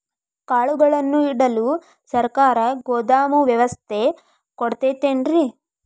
ಕಾಳುಗಳನ್ನುಇಡಲು ಸರಕಾರ ಗೋದಾಮು ವ್ಯವಸ್ಥೆ ಕೊಡತೈತೇನ್ರಿ?